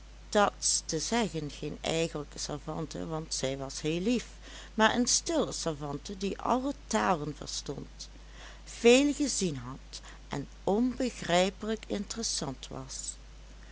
dat s te zeggen geen eigenlijke savante want zij was heel lief maar een stille savante die alle talen verstond veel gezien had en onbegrijpelijk interessant was